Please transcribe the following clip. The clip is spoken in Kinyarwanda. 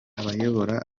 abayobora